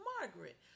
Margaret